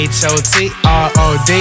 H-O-T-R-O-D